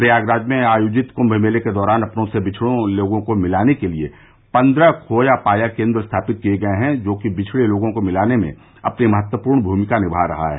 प्रयागराज में आयोजित कृम्भ मेले के दौरान अपनों से बिछड़ों लोगों को मिलाने के लिए पन्द्रह खोया पाया केन्द्र स्थापित किए गये हैं जो कि बिछड़े लोगों को मिलाने में अपनी महत्वपूर्ण भूमिका निभा रहा है